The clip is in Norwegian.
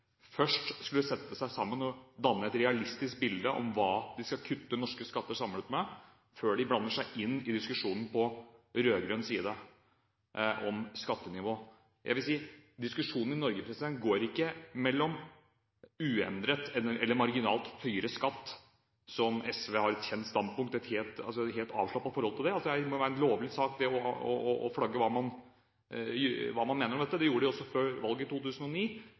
først skulle sette seg sammen og danne seg et realistisk bilde av hvor mye de samlet skal kutte norske skatter med, før de blander seg inn i diskusjonen på rød-grønn side om skattenivå. Jeg vil si at diskusjonen i Norge ikke går mellom uendret eller marginalt høyere skatt, som SV har et kjent standpunkt om, og som vi har et helt avslappet forhold til. Det må være en helt lovlig sak å flagge hva man mener om dette. Det gjorde de også før valget i 2009.